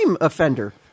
offender